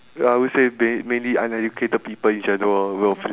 hand pick because it's a custom build instead of those pre build to order